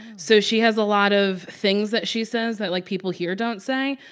so she has a lot of things that she says that, like, people here don't say.